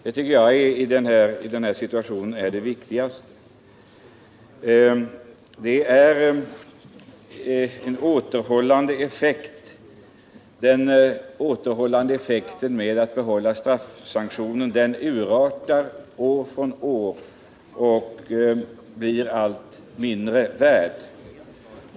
Det tycker är jag det viktigaste i den här situationen. Straffet har en återhållande effekt, sägs det. Men dess återhållande effekt urartar år från år och blir allt mindre värt.